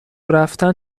رفتن